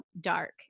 dark